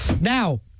Now